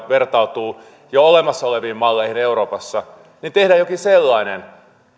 vertautuu jo olemassa oleviin malleihin euroopassa niin tehdään jokin sellainen